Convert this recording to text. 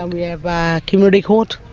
ah we have um community court,